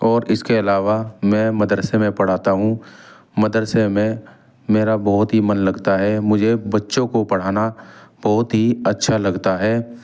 اور اس کے علاوہ میں مدرسے میں پڑھاتا ہوں مدرسے میں میرا بہت ہی من لگتا ہے مجھے بچوں کو پڑھانا بہت ہی اچھا لگتا ہے